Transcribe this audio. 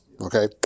Okay